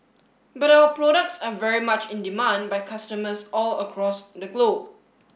but our products are very much in demand by customers all across the globe